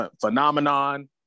phenomenon